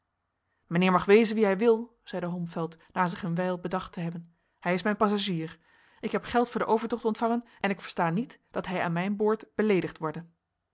mijnheer mag wezen wie hij wil zeide holmfeld na zich een wijl bedacht te hebben hij is mijn passagier ik heb geld voor den overtocht ontvangen en ik versta niet dat hij aan mijn boord beleedigd worde